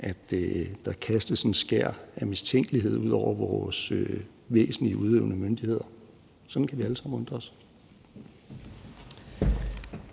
kastes et skær af mistænkelighed ud over vores væsentlige udøvende myndigheder. Sådan kan vi alle sammen undre os.